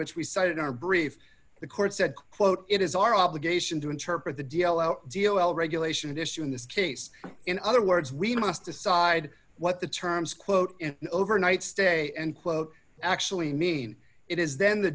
which we cite in our brief the court said quote it is our obligation to interpret the d l l d o l regulation issue in this case in other words we must decide what the terms quote overnight stay and quote actually mean it is then the